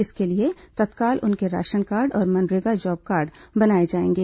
इसके लिए तत्काल उनके राशन कार्ड और मनरेगा जॉब कार्ड बनाए जाएंगे